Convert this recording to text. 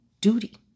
duty